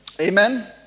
Amen